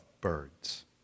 birds